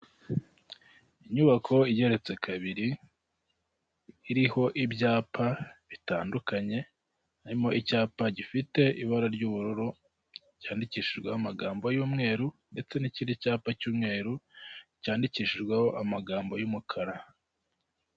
Inyubako igeretse kabiri iriho ibyapa bitandukanye harimo icyapa gifite ibara ry'ubururu cyandikishijweho amagambo y'umweru ndetse n'ikindi cyapa cy'umweru cyandikishijweho amagambo y'umukara.